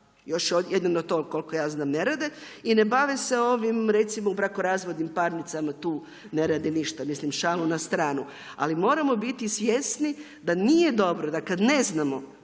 još jedino to, koliko ja znam, ne rade i ne bave se ovim recimo u brakorazvodnim parnicama tu ne rade ništa. Šalu na stranu, ali moramo biti svjesni da nije dobro, da kada ne znamo